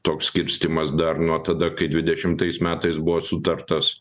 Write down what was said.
toks skirstymas dar nuo tada kai dvidešimtais metais buvo sutartas